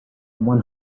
one